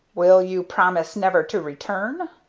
will you promise never to return?